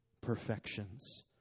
perfections